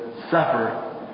suffer